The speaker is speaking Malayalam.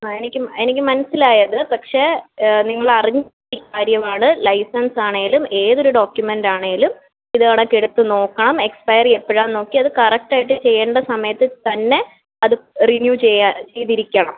ആ എനിക്ക് എനിക്ക് മനസ്സിലായി അത് പക്ഷെ നിങ്ങൾ അറിഞ്ഞ കാര്യം ആണ് ലൈസൻസ് ആണെങ്കിലും ഏതൊരു ഡോക്യൂമെൻറ്റ് ആണെങ്കിലും ഇത് ഇടയ്ക്ക് എടുത്ത് നോക്കണം എക്സ്പെയറി എപ്പോഴാണ് നോക്കി അത് കറക്റ്റ് ആയിട്ട് ചെയ്യേണ്ട സമയത്ത് തന്നെ അത് റിന്യൂ ചെയ്യാം ചെയ്തിരിക്കണം